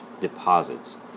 deposits